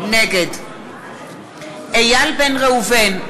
נגד איל בן ראובן,